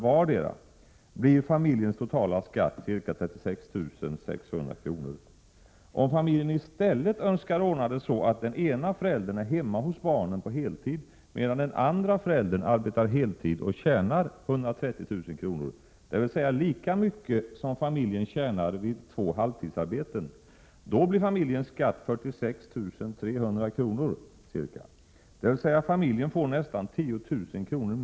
vardera, blir familjens totala skatt ca 36 600 kr. Om familjen i stället önskar ordna det så att den ena föräldern är hemma hos barnen på heltid medan den andra föräldern arbetar heltid och tjänar 130 000 kr., dvs. lika mycket som familjen tjänade vid två halvtidsarbeten, blir familjens skatt 46 300 kr. Familjen får med andra ord nästan 10 000 kr.